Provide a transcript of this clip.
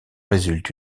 résulte